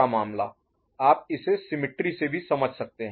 आप इसे सिमिट्री से भी समझ सकते हैं